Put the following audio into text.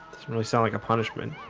it's really sound like a punishment